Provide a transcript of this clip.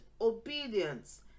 obedience